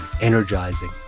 energizing